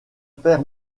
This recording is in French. père